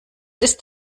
ist